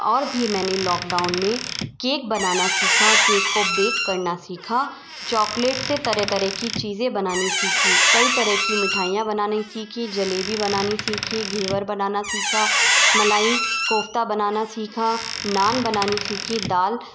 और भी मैंने लॉकडाउन में केक बनाना सीखा केक को बेक करना सीखा चॉकलेट से तरह तरह की चीज़ें बनानी सीखीं कई तरह की मिठाइयाँ बनानी सीखीं जलेबी बनानी सीखी घेवर बनाना सीखा मलाई कोफ़्ता बनाना सीखा नान बनानी सीखी दाल